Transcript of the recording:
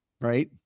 right